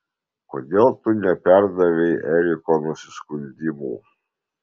kodėl tu neperdavei eriko nusiskundimų